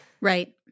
Right